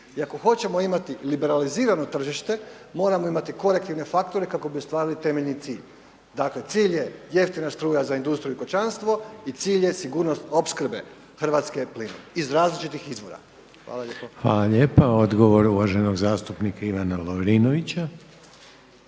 I ako hoćemo imati liberalizirano tržište moramo imati korektivne faktore kako bi ostvarili temeljni cilj. Dakle, cilj je jeftina struja za industriju i kućanstvo i cilj je sigurnost opskrbe Hrvatske plinom iz različitih izvora. Hvala lijepo. **Reiner, Željko (HDZ)** Hvala lijepa. Odgovor uvaženog zastupnika Ivana Lovrinovića.